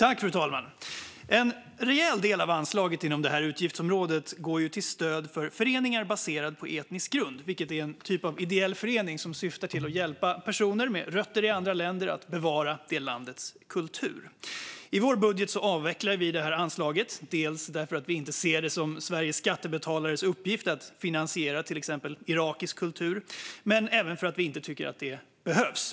Fru talman! En rejäl del av anslaget inom det här utgiftsområdet går ju till stöd till föreningar baserade på etnisk grund, en typ av ideell förening som syftar till att hjälpa personer med rötter i andra länder att bevara det landets kultur. I vår budget avvecklar vi detta anslag, delvis därför att vi inte ser det som Sveriges skattebetalares uppgift att finansiera till exempel irakisk kultur men även därför att vi inte tycker att det behövs.